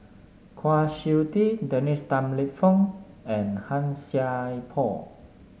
Kwa Siew Tee Dennis Tan Lip Fong and Han Sai Por